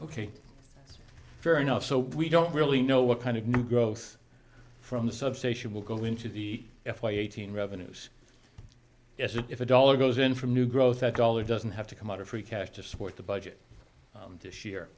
ok fair enough so we don't really know what kind of new growth from the substation will go into the f y eighteen revenues yes if a dollar goes in from new growth that dollar doesn't have to come out of free cash to support the budget this